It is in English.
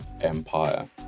empire